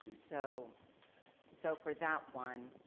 so so for that one,